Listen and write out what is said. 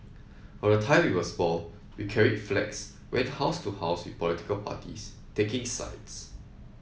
from the time we were small we carried flags went house to house with political parties taking sides